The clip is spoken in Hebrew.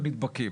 שנית,